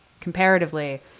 comparatively